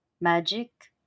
magic